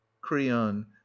creon